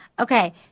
Okay